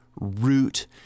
root